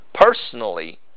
personally